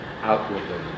outwardly